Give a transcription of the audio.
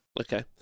Okay